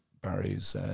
Barry's